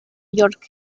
york